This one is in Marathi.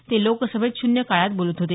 ते लोकसभेत शून्य काळात बोलत होते